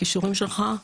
הקישורים שלך,